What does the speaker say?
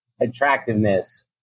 attractiveness